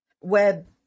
web